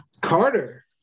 Carter